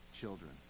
children